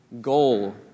goal